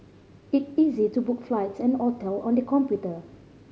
it is easy to book flights and hotel on the computer